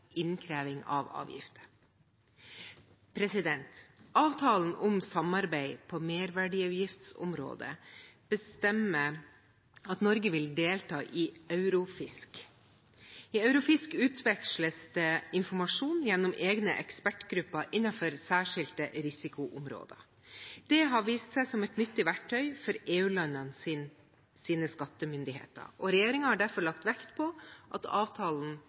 innkreving av avgifter. Avtalen om samarbeid på merverdiavgiftsområdet bestemmer at Norge vil delta i Eurofisc. I Eurofisc utveksles det informasjon gjennom egne ekspertgrupper innenfor særskilte risikoområder. Det har vist seg som et nyttig verktøy for EU-landenes skattemyndigheter, og regjeringen har derfor lagt vekt på at avtalen